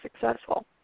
successful